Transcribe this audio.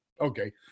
Okay